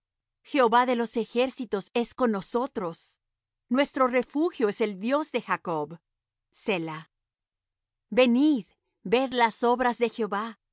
jehová de los ejércitos es con nosotros nuestro refugio es el dios de jacob selah venid ved las obras de jehová